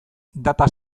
data